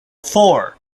four